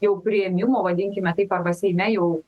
jau priėmimo vadinkime taip arba seime jau